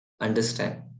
understand